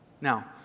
Now